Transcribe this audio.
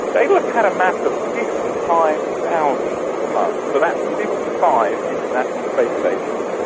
daedalus had a mass of fifty five thousand tonnes, so that's fifty five international space stations,